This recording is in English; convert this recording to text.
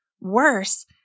Worse